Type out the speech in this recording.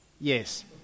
Yes